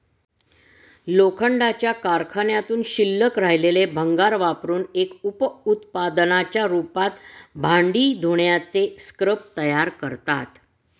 लोखंडाच्या कारखान्यातून शिल्लक राहिलेले भंगार वापरुन एक उप उत्पादनाच्या रूपात भांडी धुण्याचे स्क्रब तयार करतात